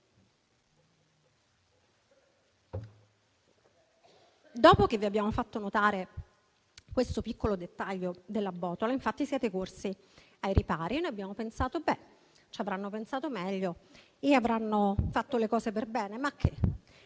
Dopo che vi abbiamo fatto notare questo piccolo dettaglio della botola, infatti, siete corsi ai ripari e abbiamo pensato che forse ci avevate pensato meglio e avevate fatto le cose per bene. Macché,